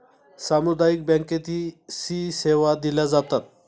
सामुदायिक बँकेतही सी सेवा दिल्या जातात